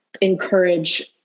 encourage